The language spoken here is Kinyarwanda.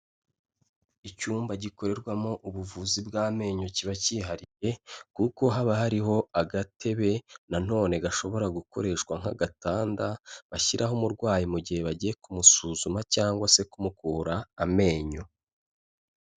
Icyumba gikorerwamo ubuvuzi bw'amenyo kiba cyihariye, kuko haba hariho agatebe na none gashobora gukoreshwa nk'agatanda bashyiraho umurwayi mu gihe bagiye kumusuzuma cyangwa se kumukura amenyo.